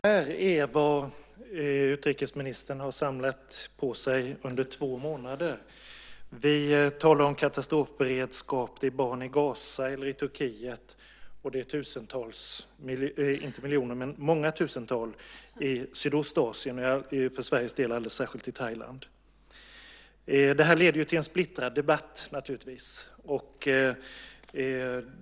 Herr talman! Detta är vad utrikesministern har samlat på sig under två månader. Vi talar om katastrofberedskap, om barn i Gaza eller i Turkiet och om många tusentals människor i Sydostasien, för Sveriges del alldeles särskilt i Thailand. Detta leder naturligtvis till en splittrad debatt.